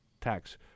tax